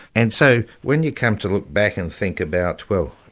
and so when you come to look back and think about. well,